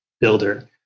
builder